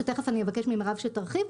שתיכף אני אבקש ממרב שתרחיב,